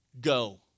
go